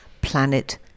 planet